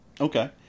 Okay